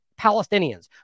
Palestinians